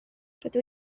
rydw